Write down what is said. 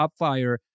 UpFire